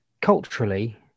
culturally